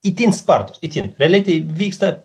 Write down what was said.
itin spartūs itin realiai tai vyksta